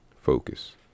Focus